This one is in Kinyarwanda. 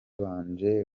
banje